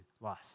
life